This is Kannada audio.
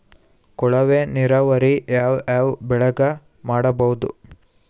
ಕೊಳವೆ ನೀರಾವರಿ ಯಾವ್ ಯಾವ್ ಬೆಳಿಗ ಮಾಡಬಹುದು?